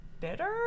bitter